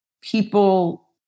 people